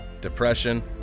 depression